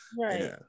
right